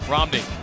Romney